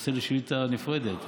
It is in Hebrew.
נושא לשאילתה נפרדת.